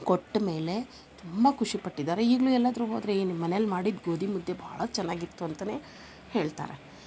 ಕೊಟ್ಮೇಲೆ ತುಂಬ ಖುಷಿ ಪಟ್ಟಿದ್ದಾರೆ ಈಗಲು ಎಲ್ಲಾದರು ಹೋದರೆ ಏ ನಿಮ್ಮ ಮನೇಲಿ ಮಾಡಿದ ಗೋದಿ ಮುದ್ದೆ ಬಹಳ ಚೆನ್ನಾಗಿತ್ತು ಅಂತನೇ ಹೇಳ್ತಾರೆ